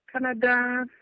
Canada